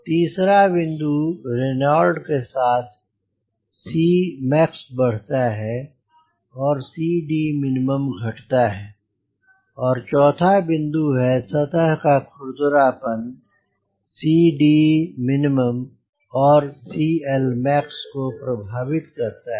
तीसरा बिंदु Reynold number के साथ CLmax बढ़ता है और CDmin घटता है और चौथा बिंदु है सतह का खुरदरापन CDmin और CLmax को प्रभावित करता है